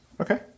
Okay